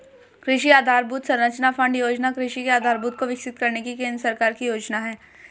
कृषि आधरभूत संरचना फण्ड योजना कृषि के आधारभूत को विकसित करने की केंद्र सरकार की योजना है